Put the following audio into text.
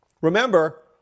Remember